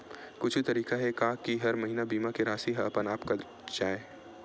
कुछु तरीका हे का कि हर महीना बीमा के राशि हा अपन आप कत जाय?